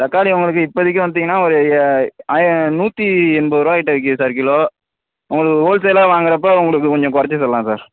தக்காளி உங்களுக்கு இப்போதிக்கி வந்துவிட்டிங்கன்னா ஒரு ஏ ஆய நூற்றி எண்பது ரூபாக் கிட்டே விற்கிது சார் கிலோ உங்களுக்கு ஹோல் சேலாக வாங்கிறப்ப உங்களுக்கு கொஞ்சம் குறைச்சி சொல்லலாம் சார்